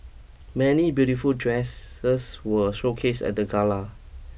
many beautiful dresses were showcased at the gala